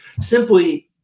simply